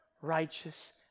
righteous